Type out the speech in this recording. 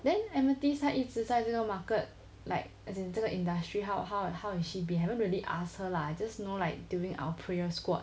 then amethyst 他一直在这个 market like as in 这个 industry how how how is she be haven't really ask her lah just know like during our prayer squad